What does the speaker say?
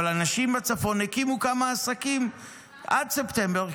אנשים בצפון הקימו כמה עסקים עד ספטמבר,